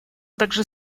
также